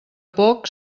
poc